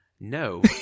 No